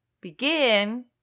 begin